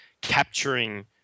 capturing